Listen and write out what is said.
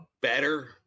better